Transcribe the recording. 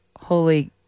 holy